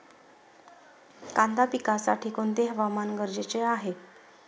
कांदा पिकासाठी कोणते हवामान गरजेचे आहे?